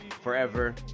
forever